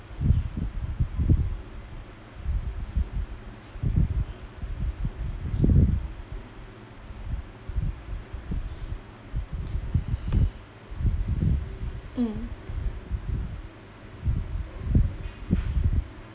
mm